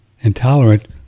intolerant